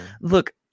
Look